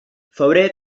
febrer